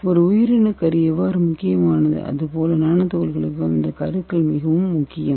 ஒரு உயிரணுக்கு கரு எவ்வாறு முக்கியமானதோ அதேபோல் நானோ துகள்களுக்கும் இந்த கருக்கள் மிகவும் முக்கியம்